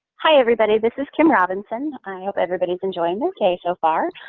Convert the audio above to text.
hi everybody this is kim robinson, i hope everybody's enjoying okay so far.